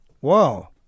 Wow